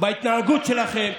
בהתנהגות שלכם,